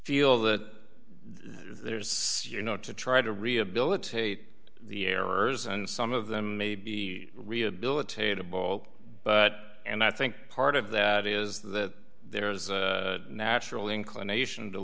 feel that there's you know to try to rehabilitate the errors and some of them may be rehabilitated balt but and i think part of that is that there is a natural inclination to